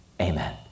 Amen